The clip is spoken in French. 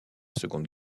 seconde